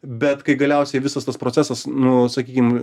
bet kai galiausiai visas tas procesas nu sakykim